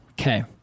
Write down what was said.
Okay